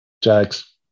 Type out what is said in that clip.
Jags